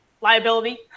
liability